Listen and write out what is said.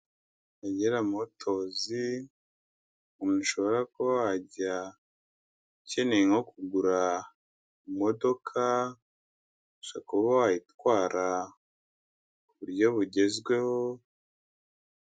Akagera motozi ushobora kuba wajya ukeneye nko kugura imodoka ushobora kuba wayitwara ku buryo bugezweho.